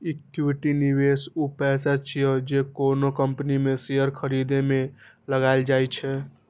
equity निवेश ऊ पैसा छियै, जे कोनो कंपनी के शेयर खरीदे मे लगाएल जाइ छै